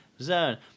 Zone